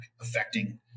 affecting